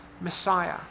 Messiah